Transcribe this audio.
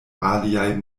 aliaj